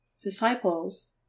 disciples